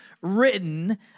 written